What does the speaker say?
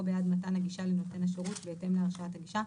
בעד מתן הגישה לנותן השירות בהתאם להרשאת הגישה,